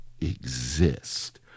exist